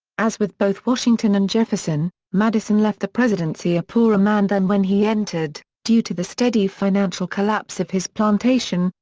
as with both washington and jefferson, madison left the presidency a poorer man than when he entered, due to the steady financial collapse of his plantation,